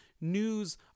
news